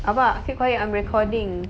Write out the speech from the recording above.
abah keep quiet I'm recording